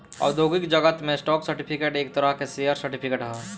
औद्योगिक जगत में स्टॉक सर्टिफिकेट एक तरह शेयर सर्टिफिकेट ह